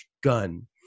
gun